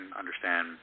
understand